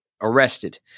arrested